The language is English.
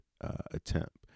attempt